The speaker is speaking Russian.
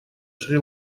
шри